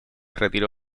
retiró